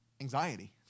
anxiety